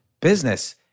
business